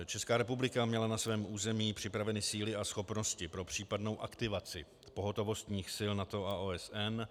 Česká republika měla na svém území připraveny síly a schopnosti pro případnou aktivaci pohotovostních sil NATO a OSN.